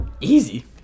Easy